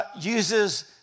uses